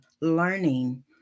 learning